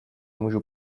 můžu